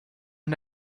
and